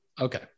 Okay